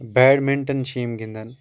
badminton چھِ یِم گنٛدان